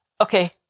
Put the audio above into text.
Okay